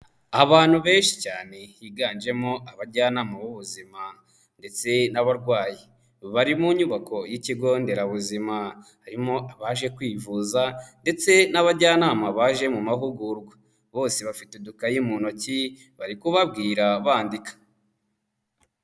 Abantu benshi cyane higanjemo abajyanama b'ubuzima ndetse n'abarwayi, bari mu nyubako y'ikigo nderabuzima, harimo abaje kwivuza ndetse n'abajyanama baje mu mahugurwa bose bafite udukayi mu ntoki bari kubabwira bandika.